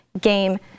game